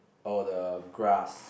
oh the grass